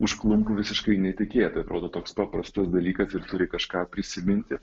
užklumpa visiškai netikėtai atrodo toks paprastas dalykas ir turi kažką prisiminti